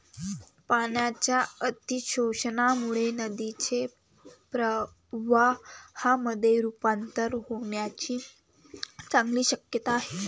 पाण्याच्या अतिशोषणामुळे नदीचे प्रवाहामध्ये रुपांतर होण्याची चांगली शक्यता आहे